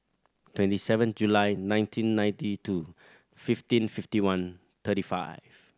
twenty seven July nineteen ninety two fifteen fifty one thirty five